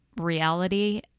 reality